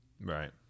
Right